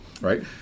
right